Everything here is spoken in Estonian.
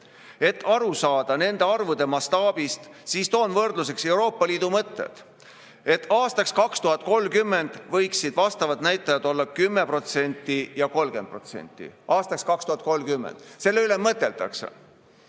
Et aru saada nende arvude mastaabist, toon võrdluseks Euroopa Liidu mõtted. [Esiteks,] aastaks 2030 võiksid vastavad näitajad olla 10% ja 30%. Aastaks 2030. Selle üle mõeldakse.